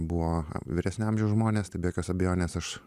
buvo vyresnio amžiaus žmonės tai be jokios abejonės aš